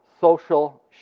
Social